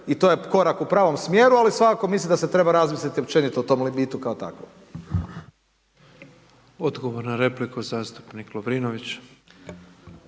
i to je korak u pravom smjeru, ali svakako mislim da se treba razmisliti općeniti o tom limitu kao takvom. **Petrov, Božo (MOST)** Odgovor na repliku zastupnik Lovrinović.